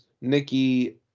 Nikki